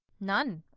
none.